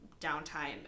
downtime